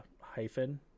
hyphen